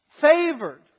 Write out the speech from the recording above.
Favored